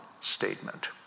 Statement